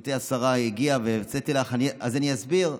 גברתי השרה הגיעה, והרצתי לך, אז אני אסביר: